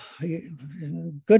good